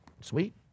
Sweet